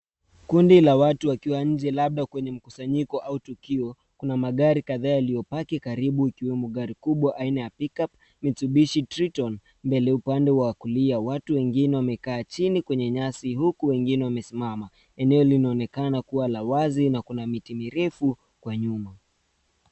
Kundi la watu wakiwa nje labda kwenye mkusanyiko au tukio. Kuna magari kadhaa yaliyopaki karibu ikiwemo gari kubwa aina ya pick-up, mitsubishi treaton. Mbele upande wa kulia watu wengine wamekaa chini kwenye nyasi huku wengine wamesimama. Eneo hili linaonekana kuwa la wazi na kuna miti mirefu kwa nyuma.